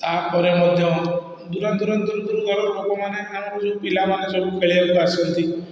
ୟା ପରେ ମଧ୍ୟ ଦୂରା ଦୂରାନ୍ତରୁ ଲୋକମାନେ ଆମକୁ ଯେଉଁ ପିଲାମାନେ ସବୁ ଖେଳିବାକୁ ଆସନ୍ତି